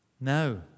No